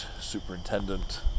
superintendent